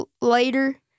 later